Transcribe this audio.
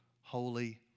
holy